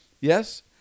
Yes